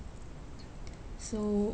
so